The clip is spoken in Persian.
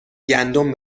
گندم